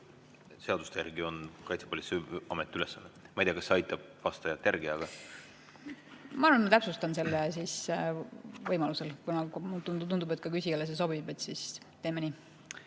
seaduste järgi on Kaitsepolitseiameti ülesanne. Ma ei tea, kas see aitab vastajat. Ma arvan, et ma täpsustan selle võimaluse korral. Mulle tundub, et ka küsijale see sobib, ja siis teeme nii.